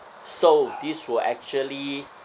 so this will actually